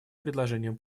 предложением